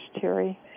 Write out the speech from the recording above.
Terry